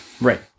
Right